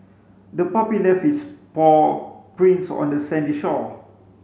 the puppy left its paw prints on the sandy shore